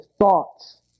thoughts